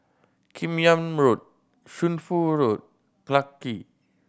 Kim Yam Road Shunfu Road Clarke